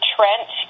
Trent